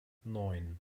neun